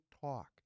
talk